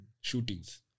shootings